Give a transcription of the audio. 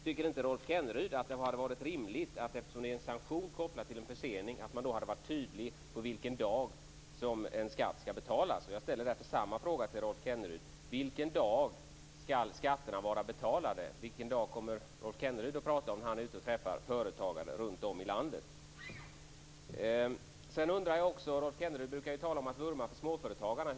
Tycker inte Rolf Kenneryd att det hade varit rimligt, eftersom det är en sanktion kopplad till en försening, att man varit tydlig på vilken dag som en skatt skall betalas? Jag ställer därför samma fråga till Rolf Kenneryd: Vilken dag skall skatterna vara betalda? Vilken dag kommer Rolf Kenneryd att tala om när han är ute och träffar företagare runt om i landet? Rolf Kenneryd brukar vurma för småföretagarna.